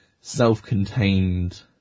self-contained